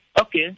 Okay